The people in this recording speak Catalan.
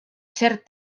cert